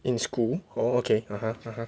in school oh okay (uh huh) (uh huh)